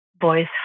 voice